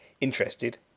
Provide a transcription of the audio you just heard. interested